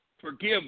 forgive